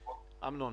אמנון.